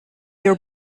your